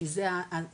כי זה הזרם,